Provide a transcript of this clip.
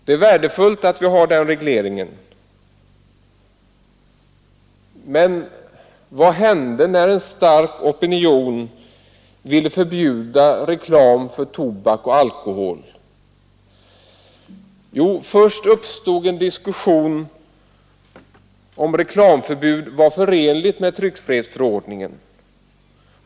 Det är värdefullt att vi har den regleringen, men vad hände när en stark opinion ville förbjuda reklam för tobak och alkohol? Jo, först uppstod en diskussion om huruvida reklamförbudet var förenligt med tryckfrihetsförordningen.